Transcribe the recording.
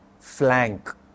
flank